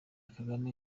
kagame